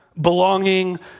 belonging